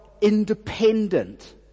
independent